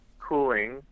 Cooling